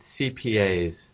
CPAs